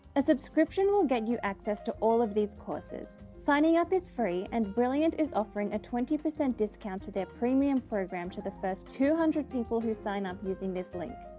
a subscription will get you access to all of these courses. signing up is free and brilliant is offering a twenty percent discount to their premium program to the first two hundred people who sign up using this link.